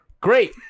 Great